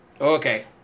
Okay